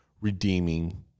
redeeming